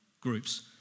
groups